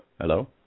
Hello